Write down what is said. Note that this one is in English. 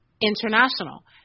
international